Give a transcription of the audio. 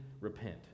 repent